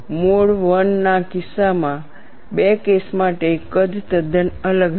mode I ના કિસ્સામાં બે કેસો માટે કદ તદ્દન અલગ હતા